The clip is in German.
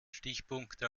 stichpunkte